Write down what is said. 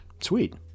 Sweet